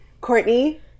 Courtney